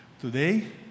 Today